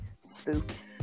spoofed